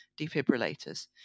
defibrillators